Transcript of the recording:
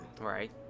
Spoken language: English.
Right